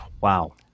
Wow